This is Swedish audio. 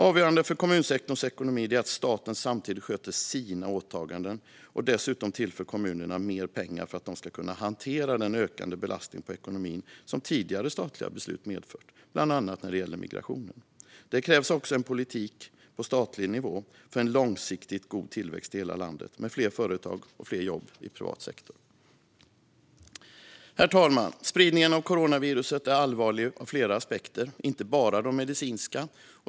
Avgörande för kommunsektorns ekonomi är att staten samtidigt sköter sina åtaganden och dessutom tillför kommunerna mer pengar för att de ska kunna hantera den ökande belastning på ekonomin som tidigare statliga beslut medfört, bland annat när det gäller migrationen. Det krävs också en politik på statlig nivå för en långsiktigt god tillväxt i hela landet med fler företag och fler jobb i privat sektor. Herr talman! Spridningen av coronaviruset är allvarlig ur flera aspekter, inte bara de medicinska.